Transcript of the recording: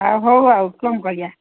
ଆଉ ହଉ ଆଉ କ'ଣ କରିବା